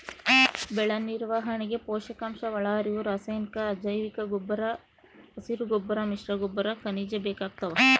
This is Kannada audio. ಬೆಳೆನಿರ್ವಹಣೆಗೆ ಪೋಷಕಾಂಶಒಳಹರಿವು ರಾಸಾಯನಿಕ ಅಜೈವಿಕಗೊಬ್ಬರ ಹಸಿರುಗೊಬ್ಬರ ಮಿಶ್ರಗೊಬ್ಬರ ಖನಿಜ ಬೇಕಾಗ್ತಾವ